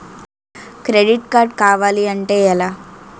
Credit card కావాలి అంటే ఎలా?